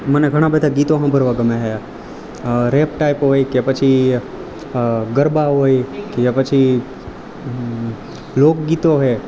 મને ઘણાં બધાં ગીતો સાંભળવા ગમે છે રેપ ટાઈપ હોય કે પછી ગરબા હોય કે પછી લોકગીતો છે